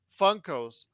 Funkos